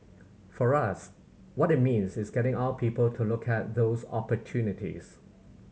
for us what it means is getting our people to look at those opportunities